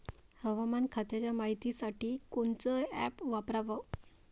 हवामान खात्याच्या मायतीसाठी कोनचं ॲप वापराव?